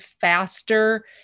faster